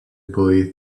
boy